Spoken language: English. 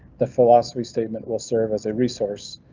the philosophy statement will serve as a resource.